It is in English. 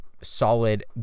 solid